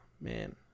man